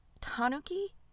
Tanuki